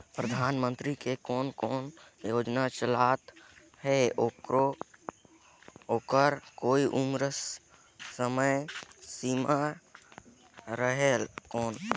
परधानमंतरी के कोन कोन योजना चलत हे ओकर कोई उम्र समय सीमा रेहेल कौन?